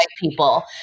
people